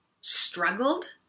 struggled